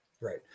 Right